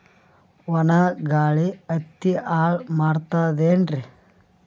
ಒಣಾ ಗಾಳಿ ಹತ್ತಿ ಹಾಳ ಮಾಡತದೇನ್ರಿ?